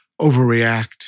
overreact